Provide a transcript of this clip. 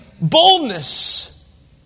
boldness